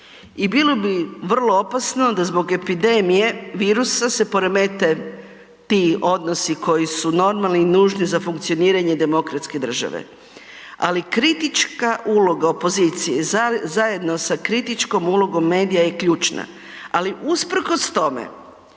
I bilo bi vrlo opasno da zbog epidemije virusa se poremete ti odnosi koji su normalni i nužni za funkcioniranje demokratske države. Ali kritička uloga opozicije zajedno sa kritičkom ulogom medija je ključna, ali usprkos tome